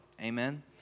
Amen